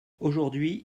aujourd’hui